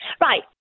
Right